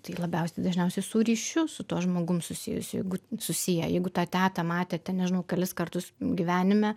tai labiausiai dažniausiai su ryšiu su tuo žmogum susijusiu jeigu susiję jeigu tą tetą matėte nežinau kelis kartus gyvenime